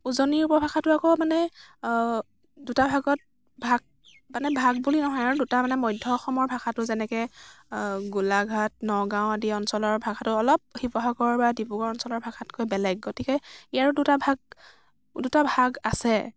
উজনিৰ উপভাষাতো আকৌ মানে দুটা ভাগত ভাগ মানে ভাগ বুলি নহয় আৰু দুটা মানে মধ্য় অসমৰ ভাষাটো যেনেকে গোলাঘাট নগাঁও আদি অঞ্চলৰ ভাষাটো অলপ শিৱসাগৰ বা ডিব্ৰুগড় অঞ্চলৰ ভাষাতকৈ বেলেগ গতিকে ইয়াৰো দুটা ভাগ দুটা ভাগ আছে